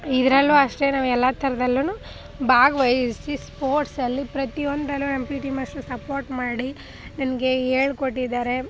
ಇದರಲ್ಲೂ ಅಷ್ಟೇ ನಾನು ಎಲ್ಲ ಥರದಲ್ಲೂ ಭಾಗವಹಿಸಿ ಸ್ಪೋರ್ಟ್ಸಲ್ಲಿ ಪ್ರತಿಯೊಂದರಲ್ಲು ನಮ್ಮ ಪಿಟಿ ಮಾಷ್ಟ್ರು ಸಪೋರ್ಟ್ ಮಾಡಿ ನನಗೆ ಹೇಳ್ಕೊಟ್ಟಿದ್ದಾರೆ